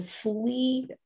fully